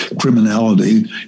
Criminality